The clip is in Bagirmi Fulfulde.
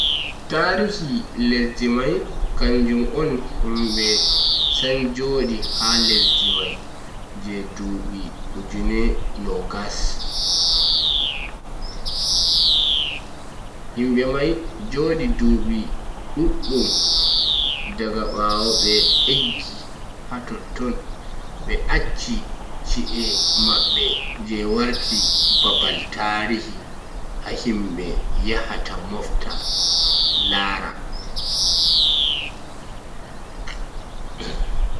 Tarihi lesdi mai kanjum on himbe san jodi ha lesdi mai je dubi ujune nogas. himbe mai Jodi dubiji duddum daga bawo be eggi ha ton be acchi chi'e mabbe je warti babal tarihi ha himbe yahata mofta lara.